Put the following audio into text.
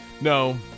no